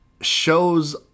shows